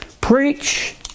Preach